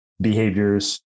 behaviors